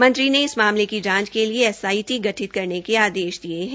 मंत्री ने इस मामले की जांच के लिए एसआईटी गठित करने के आदेश भी दिये है